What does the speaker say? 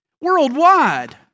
worldwide